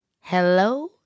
Hello